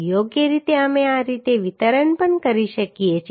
યોગ્ય રીતે અમે આ રીતે વિતરણ પણ કરી શકીએ છીએ